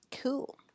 Cool